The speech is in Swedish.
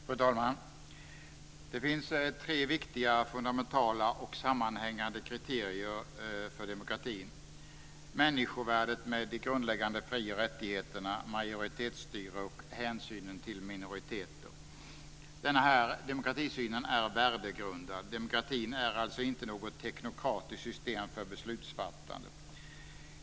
Fru talman! Det finns tre viktiga fundamentala och sammanhängande kriterier för demokratin: människovärdet med de grundläggande fri och rättigheterna, majoritetsstyret och hänsynen till minoriteter. Denna demokratisyn är värdegrundad. Demokratin är alltså inte något teknokratiskt system för beslutsfattande.